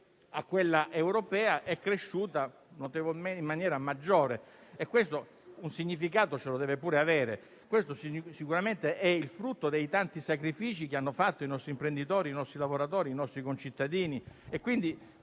a quella europea, è cresciuta in maniera maggiore; e questo un significato ce lo deve pure avere. Questo sicuramente è il frutto dei tanti sacrifici che hanno fatto i nostri imprenditori, i nostri lavoratori e i nostri concittadini;